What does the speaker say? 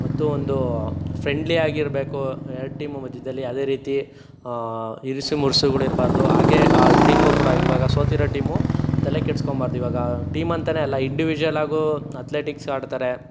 ಮತ್ತು ಒಂದು ಫ್ರೆಂಡ್ಲಿ ಆಗಿರಬೇಕು ಎರ್ಡು ಟೀಮು ಮಧ್ಯದಲ್ಲಿ ಯಾವ್ದೇ ರೀತಿ ಇರಿಸು ಮುರ್ಸುಗಳು ಇರಬಾರ್ದು ಹಾಗೆ ಆ ಟೀಮು ಕೂಡ ಇವಾಗ ಸೋತಿರೋ ಟೀಮು ತಲೆಕೆಡಿಸ್ಕೋಬಾರದು ಇವಾಗ ಟೀಮ್ ಅಂತನೇ ಅಲ್ಲ ಇಂಡಿವಿಜುವಲಾಗು ಅತ್ಲೆಟಿಕ್ಸ್ ಆಡ್ತಾರೆ